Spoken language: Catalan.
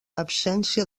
absència